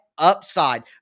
upside